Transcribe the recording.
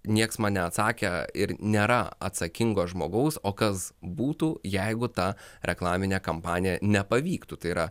nieks man neatsakę ir nėra atsakingo žmogaus o kas būtų jeigu ta reklaminė kampanija nepavyktų tai yra